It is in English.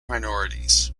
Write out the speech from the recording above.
minorities